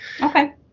Okay